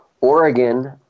Oregon